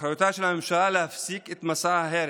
באחריותה של הממשלה להפסיק את מסע ההרס,